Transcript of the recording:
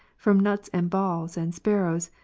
from nuts and balls and sparrows,